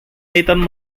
ήταν